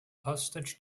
hostage